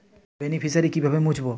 Beneficiary কিভাবে মুছব?